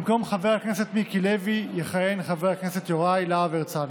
במקום חבר הכנסת מיקי לוי יכהן חבר הכנסת יוראי להב הרצנו.